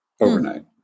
overnight